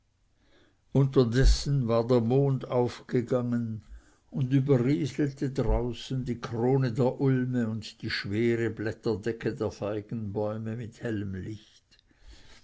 unterdessen war der mond aufgegangen und überrieselte draußen die krone der ulme und die schwere blätterdecke der feigenbäume mit hellem lichte